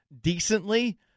decently